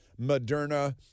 Moderna